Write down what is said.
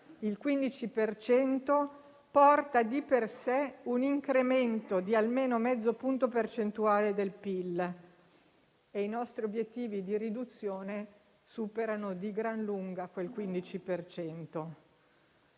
cento porta di per sé un incremento di almeno mezzo punto percentuale del PIL, e i nostri obiettivi di riduzione superano di gran lunga quel 15